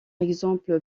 exemple